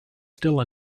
still